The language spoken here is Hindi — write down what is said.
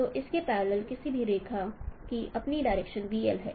तो इसके पैरलेल किसी भी रेखा की अपनी डायरेक्शन है